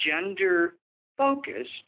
gender-focused